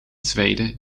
zweden